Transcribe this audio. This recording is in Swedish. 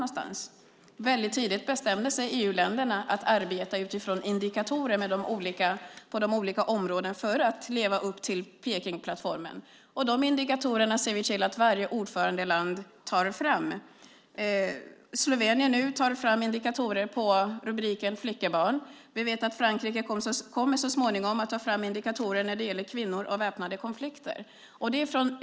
EU-länderna bestämde sig väldigt tidigt för att arbeta utifrån indikatorer på de olika områdena för att leva upp till Pekingplattformen. Vi ser till att varje ordförandeland tar fram de indikatorerna. Slovenien tar nu fram indikatorer på rubriken Flickebarn. Vi vet att Frankrike så småningom kommer att ta fram indikatorer när det gäller kvinnor och väpnade konflikter.